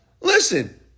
Listen